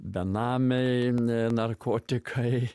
benamiai narkotikai